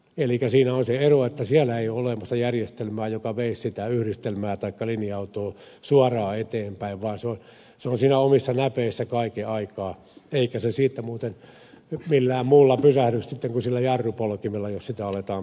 elikkä siinä on se ero että siellä ei ole olemassa järjestelmää joka veisi sitä yhdistelmää taikka linja autoa suoraan eteenpäin vaan se on siinä omissa näpeissä kaiken aikaa eikä se siitä muuten millään muulla pysähdy sitten kuin sillä jarrupolkimella jos sitä aletaan pysäyttää